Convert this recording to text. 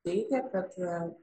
teigė kad